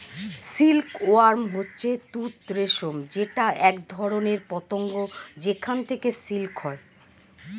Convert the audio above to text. silk worm হচ্ছে তুত রেশম যেটা একধরনের পতঙ্গ যেখান থেকে সিল্ক হয়